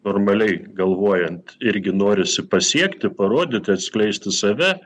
formaliai galvojant irgi norisi pasiekti parodyti atskleisti save